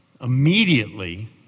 Immediately